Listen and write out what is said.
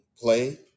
Play